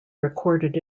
recorded